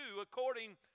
according